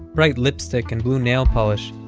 bright lipstick, and blue nail polish,